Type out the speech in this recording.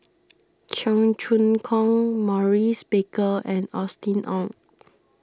Cheong Choong Kong Maurice Baker and Austen Ong